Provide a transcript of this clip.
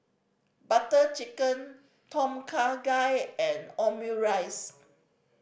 Butter Chicken Tom Kha Gai and Omurice